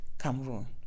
Cameroon